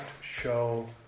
show